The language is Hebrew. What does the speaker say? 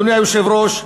אדוני היושב-ראש,